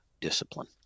discipline